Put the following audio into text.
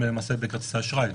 כרטיסי ה-Debit